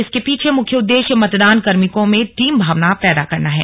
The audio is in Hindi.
इसके पीछे मुख्य उद्देश्य मतदान कार्मिकों में टीम भावना पैदा करना है